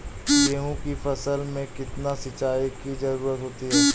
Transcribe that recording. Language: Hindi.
गेहूँ की फसल में कितनी सिंचाई की जरूरत होती है?